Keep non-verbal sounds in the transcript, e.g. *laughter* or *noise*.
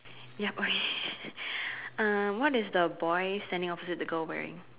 yup okay *laughs* um what is the boy standing opposite the girl wearing